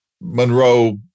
Monroe